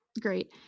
great